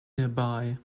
nearby